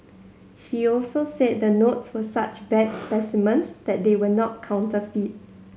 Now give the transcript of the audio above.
she also said the notes were such bad specimens that they were not counterfeit